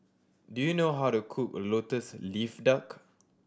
do you know how to cook Lotus Leaf Duck